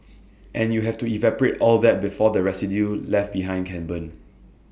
and you have to evaporate all that before the residue left behind can burn